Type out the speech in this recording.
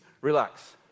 relax